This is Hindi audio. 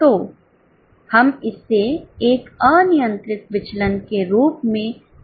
तो हम इसे एक अनियंत्रित विचलन के रूप में चिह्नित कर सकते हैं